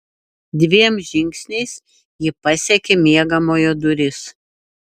dviem žingsniais ji pasiekė miegamojo duris